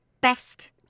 best